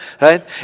right